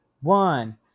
one